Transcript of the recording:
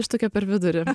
aš tokia per vidurį